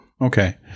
okay